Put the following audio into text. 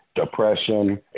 depression